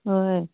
ꯍꯣꯏ